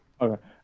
Okay